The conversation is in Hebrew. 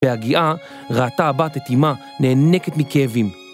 בהגיעה, ראתה הבת את אמה נאנקת מכאבים.